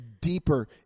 deeper